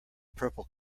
purple